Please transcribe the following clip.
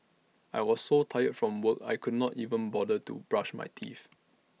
I was so tired from work I could not even bother to brush my teeth